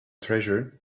treasure